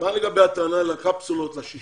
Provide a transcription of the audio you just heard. מה לגבי הטענה על הקפסולות, לשישה?